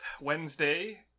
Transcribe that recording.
Wednesday